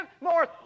more